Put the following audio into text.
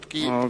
אוקיי.